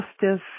justice